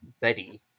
Betty